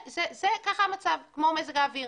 ככה המצב, כמו מזג האוויר.